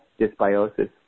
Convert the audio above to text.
dysbiosis